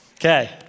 Okay